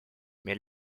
mais